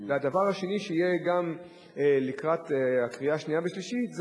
והדבר השני שיהיה גם לקראת הקריאה השנייה והקריאה השלישית,